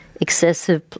excessive